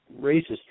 racist